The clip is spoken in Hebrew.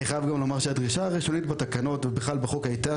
אני חייב לומר שהדרישה הראשונית בתקנות ובחוק הייתה